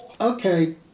okay